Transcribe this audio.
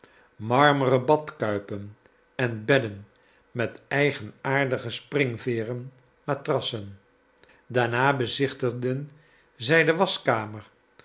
marmeren badkuipen en bedden met eigenaardige springveeren matrassen daarna bezichtigden zij de waschkamer